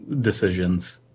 decisions